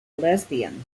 lesbian